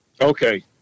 Okay